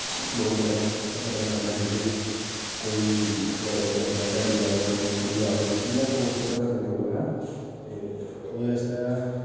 लोक अपने अपने कम्मा च बिज़ी रौंह्दे कोई सवैरै उट्ठियै अपने ध्याड़ी जा दा कोई नौकरी जा दा कोई कि'यां सौ चीजां करदे लोक हैं ते ओह्दे आस्तै